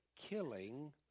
killing